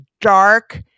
dark